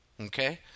Okay